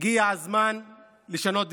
הגיע הזמן לשנות דיסקט: